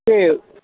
ए